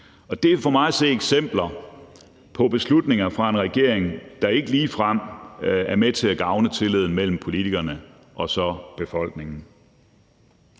er for mig at se eksempler på beslutninger fra en regering, der ikke ligefrem er med til at gavne tilliden mellem politikerne og så befolkningen.